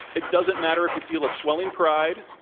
it doesn't matter if you feel a swelling pride,